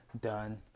done